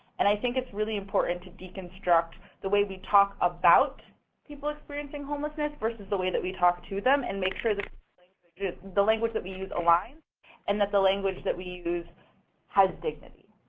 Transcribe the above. and i think it's really important to deconstruct the way we talk about people experiencing homelessness versus the way that we talk to them and make sure that the language that we use aligns and that the language that we use has dignity.